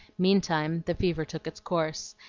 meantime the fever took its course,